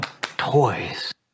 toys